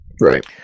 right